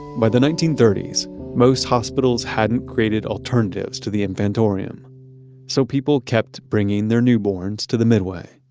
by the nineteen thirty s most hospitals hadn't created alternatives to the infantorium so people kept bringing their newborns to the midway